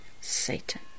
Satan